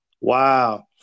Wow